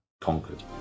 conquered